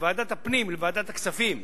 מוועדת הפנים לוועדת הכספים,